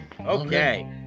Okay